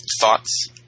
thoughts